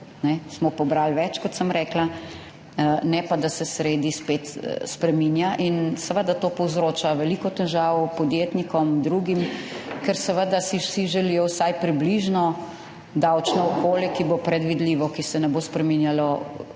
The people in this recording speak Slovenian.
smo pobrali več, kot sem rekla, ne pa, da se sredi spet spreminja in seveda to povzroča veliko težav podjetnikom, drugim, ker seveda si vsi želijo vsaj približno davčno okolje, ki bo predvidljivo, ki se ne bo spreminjalo